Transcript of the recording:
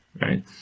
right